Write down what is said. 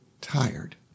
tired